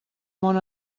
món